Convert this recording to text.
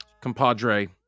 compadre